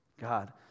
God